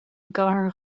gcathair